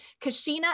Kashina